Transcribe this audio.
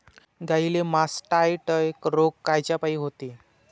गाईले मासटायटय रोग कायच्यापाई होते?